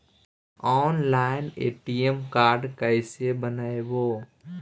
Online ATM card कैसे बनाबौ?